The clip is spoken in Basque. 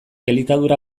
elikadura